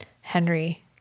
Henry